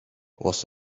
was